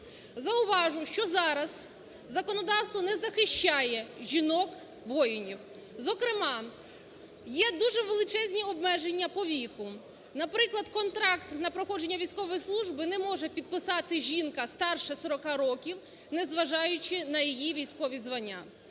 Зауважу, що зараз законодавство не захищає жінок-воїнів. Зокрема, є дуже величезні обмеження по віку. Наприклад, контракт на проходження військової служби не може підписати жінка старша 40 років, незважаючи на її військові звання.